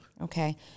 Okay